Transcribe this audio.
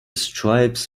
stripes